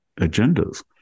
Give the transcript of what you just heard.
agendas